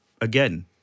Again